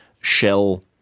shell